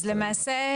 אז למעשה,